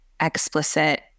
explicit